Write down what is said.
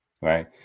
right